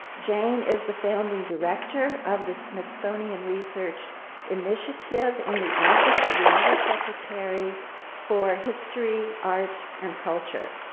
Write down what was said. jane is the founding director of the smithsonian research initiative in the office of the undersecretary for history, art, and culture.